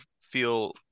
feel